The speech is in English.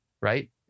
right